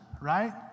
right